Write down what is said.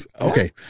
Okay